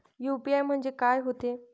UPI म्हणजे का होते?